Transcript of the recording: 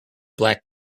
black